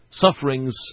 sufferings